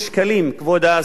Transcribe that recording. כבוד שר הפנים,